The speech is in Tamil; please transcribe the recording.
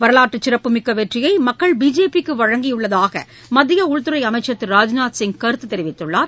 வரலாற்று சிறப்புமிக்க வெற்றியை மக்கள் பிஜேபி க்கு வழங்கியுள்ளதாக மத்திய உள்துறை அமைச்சர் திரு ராஜ்நாத்சிங் கருத்து தெரிவித்துள்ளார்